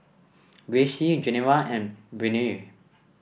Gracie Geneva and Brittnie